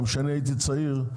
גם כשאני הייתי צעיר,